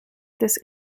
this